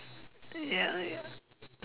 ya ya